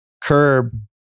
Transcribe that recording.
Curb